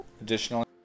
Additionally